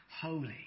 Holy